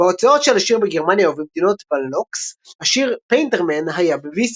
בהוצאות של השיר בגרמניה ובמדינות בנלוקס השיר "Painter Man" היה בבי-סייד.